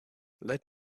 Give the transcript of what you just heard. let